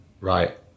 Right